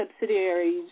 subsidiaries